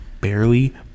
barely